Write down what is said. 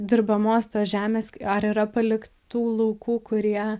dirbamos žemės ar yra paliktų laukų kurie